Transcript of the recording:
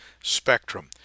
spectrum